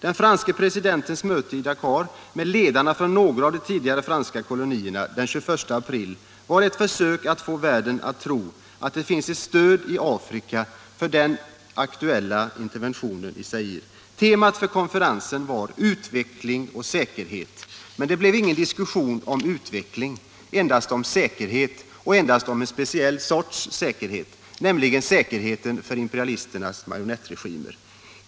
Den franske presidentens möte i Dakar med ledarna för några av de tidigare franska kolonierna den 21 april var ett försök att få världen att tro att det finns ett stöd i Afrika för den aktuella interventionen i Zaire. Temat för konferensen var ”Utveckling och säkerhet”, men det blev ingen diskussion om utveckling, endast om säkerhet och endast om en speciell sorts säkerhet, nämligen säkerheten för imperialisternas marionettregimer.